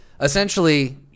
essentially